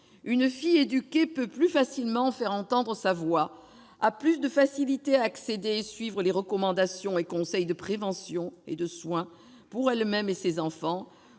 Une fille éduquée peut plus facilement faire entendre sa voix, a plus de facilités à accéder et à suivre les recommandations et conseils de prévention et de soins pour elle-même et ses enfants,